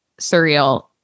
surreal